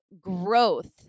growth